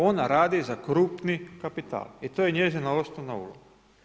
Ona radi za krupni kapital i to je njezina osnovna uloga.